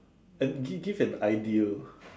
and give give an ideal